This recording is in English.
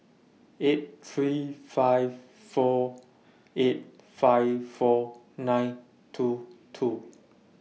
eight three five four eight five four nine two two